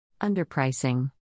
Underpricing